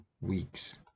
weeks